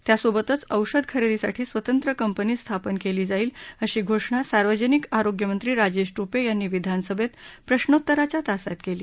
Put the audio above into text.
त्यासोबतच औषधं खरेदीसाठी स्वतंत्र कंपनी स्थापन केली जाईल अशी घोषणा सार्वजनिक आरोग्य मंत्री राजेश टोपे यांनी विधानसभेत प्रश्नोतराच्या तासात केली